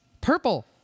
purple